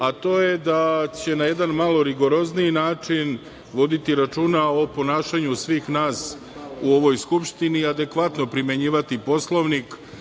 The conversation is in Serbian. a to je da će na jedan malo rigorozniji način voditi računa o ponašanju svih nas u ovoj Skupštini i adekvatno primenjivati Poslovnik,